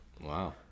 wow